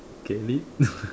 can leave